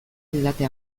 didate